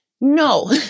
no